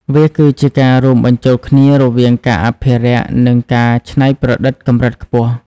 វាគឺជាការរួមបញ្ចូលគ្នារវាងការអភិរក្ស និងការច្នៃប្រឌិតកម្រិតខ្ពស់។